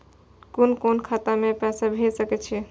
कुन कोण खाता में पैसा भेज सके छी?